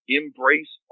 embrace